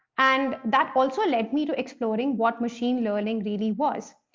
and that also led me to exploring what machine learning really was.